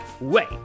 wait